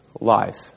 life